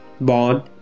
bond